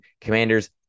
Commanders